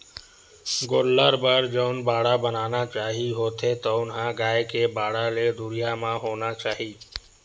गोल्लर बर जउन बाड़ा बनाना चाही होथे तउन ह गाय के बाड़ा ले दुरिहा म होना चाही